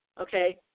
okay